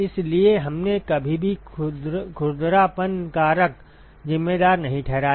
इसलिए हमने कभी भी खुरदरापन कारक जिम्मेदार नहीं ठहराया